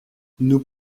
nous